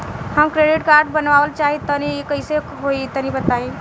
हम credit card बनवावल चाह तनि कइसे होई तनि बताई?